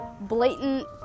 blatant